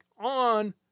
on